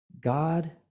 god